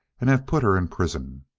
and have put her in prison.